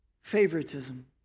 favoritism